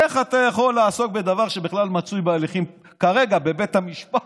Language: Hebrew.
איך אתה יכול לעסוק בדבר שבכלל מצוי בהליכים כרגע בבית המשפט?